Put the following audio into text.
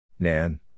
Nan